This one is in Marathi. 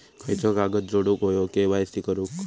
खयचो कागद जोडुक होयो के.वाय.सी करूक?